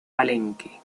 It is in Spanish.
palenque